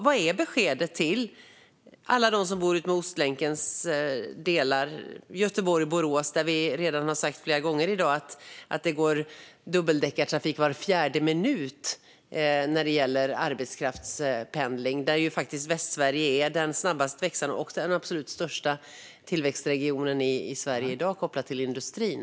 Vad är beskedet till alla som bor utmed Ostlänkens delar och Göteborg-Borås, där det går dubbeldäckartransport för arbetskraftspendling var fjärde minut, vilket vi redan har sagt flera gånger i dag? Västsverige är i dag Sveriges snabbast växande och absolut största tillväxtregion kopplat till industrin.